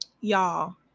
Y'all